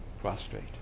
prostrate